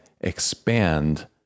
expand